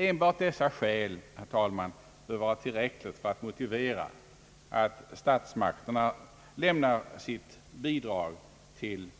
Enbart dessa skäl bör vara tillräckliga för att motivera att statsmakterna lämnar sitt bidrag till